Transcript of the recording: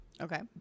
okay